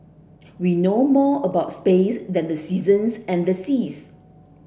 we know more about space than the seasons and the seas